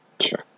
Sure